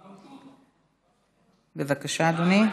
אינו נוכח, חבר הכנסת אחמד טיבי, בבקשה, אדוני.